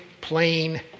plain